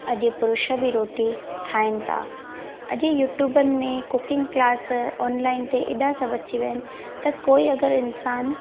अॼु पुरुष बि रोटी ठाहिनि था अॼु यूट्यूबनि में कुकिंग क्लास ऑनलाइन ते हेॾा सभु अची विया आहिनि त कोई अगरि इंसानु